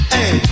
Hey